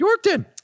Yorkton